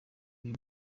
uyu